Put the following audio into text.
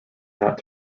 that